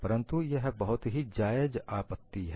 परंतु यह बहुत ही जायज आपत्ति है